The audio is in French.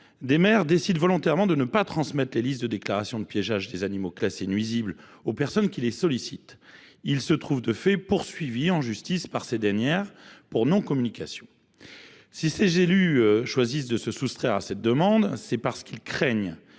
des maires décident volontairement de ne pas transmettre les listes de déclaration de piégeage des animaux classés nuisibles aux personnes qui les sollicitent. Ils se retrouvent de fait poursuivis en justice par ces dernières pour non communication. Si ces élus choisissent de se soustraire à une telle demande, c’est par crainte